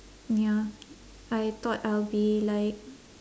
ya I thought I'll be like